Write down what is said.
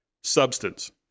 substance